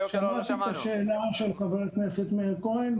שמעתי את השאלה של חבר הכנסת מאיר כהן.